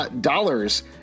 dollars